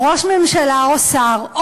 ראש ממשלה או שר,